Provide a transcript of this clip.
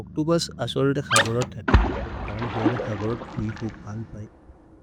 ओच्तोबस् अस्वले दे खगरर् थपे, करन् हिवते खगरर् खुइ हु फल् पए,